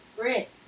Brit